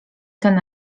ten